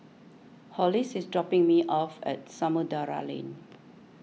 Hollis is dropping me off at Samudera Lane